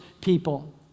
people